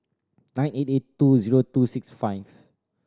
nine eight eight two zero two six five